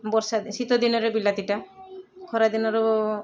ବର୍ଷା ଶୀତ ଦିନରେ ବିଲାତିଟା ଖରାଦିନର